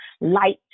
light